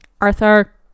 Arthur